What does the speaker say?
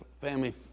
family